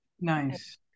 Nice